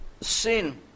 sin